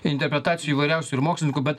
interpretacijų įvairiausių ir mokslininkų bet